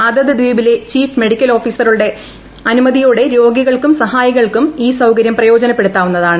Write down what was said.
അതത് ദ്വീപിലെ chief medical ഓഫീസറുടെ അനുമതിയോടെ രോഗികൾക്കും സഹായികൾക്കും ഈ സൌകര്യം പ്രയോജനപ്പെടുത്താവുന്നതാണ്